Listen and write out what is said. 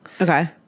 Okay